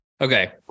okay